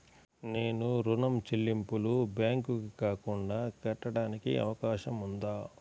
నేను ఋణం చెల్లింపులు బ్యాంకుకి రాకుండా కట్టడానికి అవకాశం ఉందా?